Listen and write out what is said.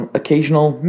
occasional